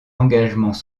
engagements